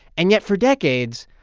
and yet for decades,